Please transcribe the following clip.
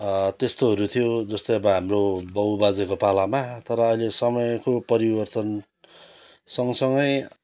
त्यस्तोहरू थियो जस्तै अब हाम्रो बाबुबाजेको पालामा तर अहिले समयको परिवर्तन सँगसँगै